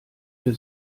für